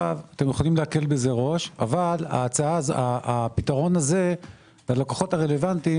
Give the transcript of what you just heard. אתם יכולים להקל בזה ראש אבל הפתרון הזה ללקוחות הרלוונטיים